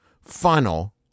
funnel